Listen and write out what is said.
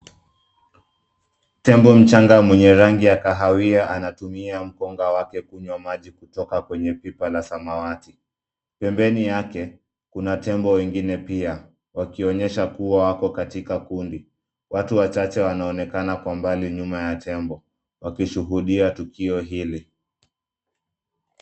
Tembo mchanga mwenye rangi ya kahawia anatumia mpunga wake kunywa maji kutoka kwenye pipa la samawati. Pembeni yake, kuna tembo wengine pia, wakionyesha kuwa wako katika kundi. Watu wachache wanaonekana kwa mbali nyuma ya tembo, wakishuhudia tukio hili.